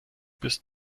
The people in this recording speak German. bis